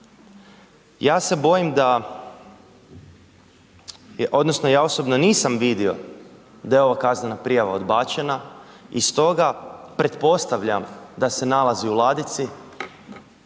Ja se bojim odnosno ja osobno nisam vidio da je ova kaznena prijava odbačena i stoga pretpostavljam da se nalazi u ladici